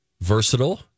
Versatile